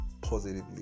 positively